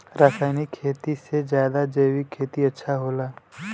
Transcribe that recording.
रासायनिक खेती से ज्यादा जैविक खेती अच्छा होला